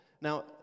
Now